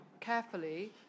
carefully